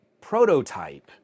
Prototype